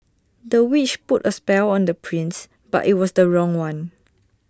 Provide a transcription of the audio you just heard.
the witch put A spell on the prince but IT was the wrong one